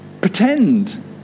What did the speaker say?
pretend